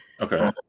Okay